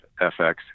FX